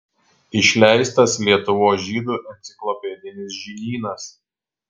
išleistas lietuvos žydų enciklopedinis žinynas